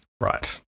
Right